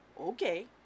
okay